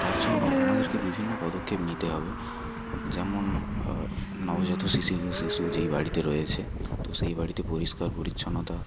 তার জন্য আমাদেরকে বিভিন্ন পদক্ষেপ নিতে হবে যেমন নবজাত শিশি শিশু যেই বাড়িতে রয়েছে তো সেই বাড়িটি পরিষ্কার পরিচ্ছন্নতা